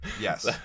yes